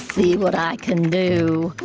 see what i can do.